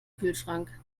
kühlschrank